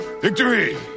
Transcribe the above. Victory